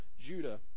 Judah